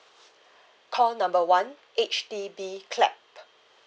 call number one H_D_B clap